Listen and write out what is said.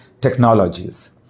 Technologies